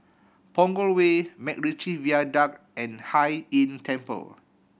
Punggol Way MacRitchie Viaduct and Hai Inn Temple